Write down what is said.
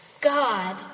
God